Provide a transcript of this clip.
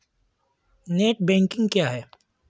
Net banking क्या है?